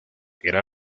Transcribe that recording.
era